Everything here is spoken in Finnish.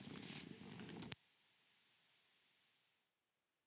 Kiitos,